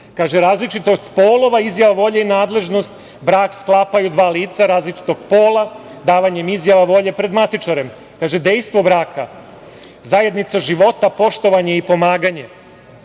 Kaže – različitost polova, izjava volje i nadležnost: brak sklapaju dva lica različitog pola davanjem izjava volje pred matičarem. Kaže – dejstvo braka: zajednica života, poštovanje i pomaganje.